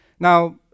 Now